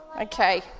Okay